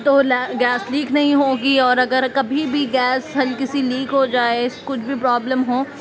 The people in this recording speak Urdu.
تو گیس لیک نہیں ہوگی اور اگر کبھی بھی گیس ہلکی سی لیک ہو جائے کچھ بھی پرابلم ہو